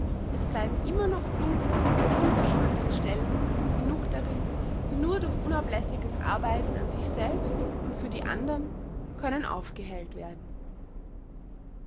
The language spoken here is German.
es bleiben immer noch dunkle unverschuldete stellen genug darin die nur durch unablässiges arbeiten an sich selbst und für die andern können aufgehellt werden